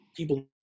people